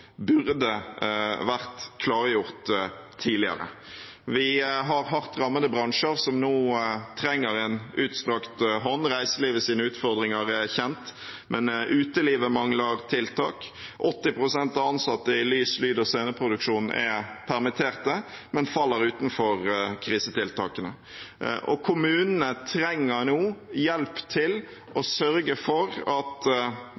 burde vært klargjort tidligere. Vi har hardt rammede bransjer som nå trenger en utstrakt hånd. Reiselivets utfordringer er kjent, men utelivet mangler tiltak. 80 pst. av ansatte innen lys-, lyd- og sceneproduksjon er permittert, men faller utenfor krisetiltakene. Kommunene trenger nå hjelp til å sørge for at det er nok folk der det trengs, at